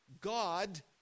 God